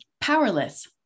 powerless